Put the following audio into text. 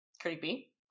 Creepy